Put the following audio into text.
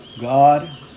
God